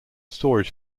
storage